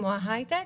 כמו ההייטק,